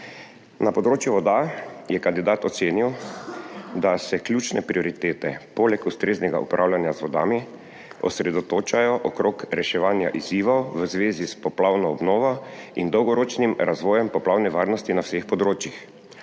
Na področju voda je kandidat ocenil, da se ključne prioritete poleg ustreznega upravljanja z vodami osredotočajo okrog reševanja izzivov v zvezi s poplavno obnovo in dolgoročnim razvojem poplavne varnosti na vseh področjih.